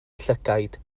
llygaid